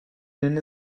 nun